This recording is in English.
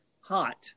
hot